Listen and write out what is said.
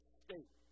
state